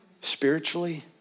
spiritually